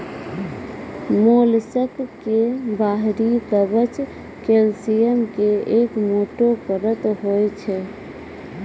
mollusc के बाहरी कवच कैल्सियम के एक मोटो परत होय छै